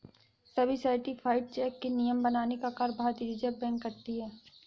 सभी certified check के नियम बनाने का कार्य भारतीय रिज़र्व बैंक करती है